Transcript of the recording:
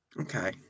Okay